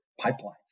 pipelines